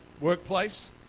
workplace